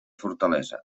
fortalesa